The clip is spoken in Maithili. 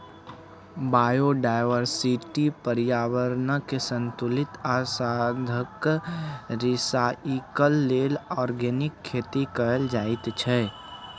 बायोडायवर्सिटी, प्रर्याबरणकेँ संतुलित आ साधंशक रिसाइकल लेल आर्गेनिक खेती कएल जाइत छै